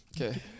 okay